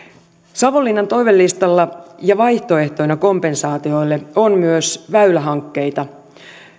savonlinnan toivelistalla ja vaihtoehtoina kompensaatioille on myös väylähankkeita